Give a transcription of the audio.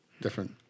different